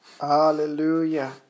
Hallelujah